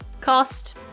cost